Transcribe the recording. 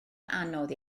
anodd